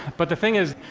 but the thing is,